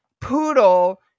poodle